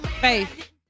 Faith